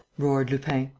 roared lupin.